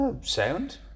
sound